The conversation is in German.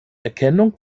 erkennung